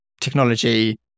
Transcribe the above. technology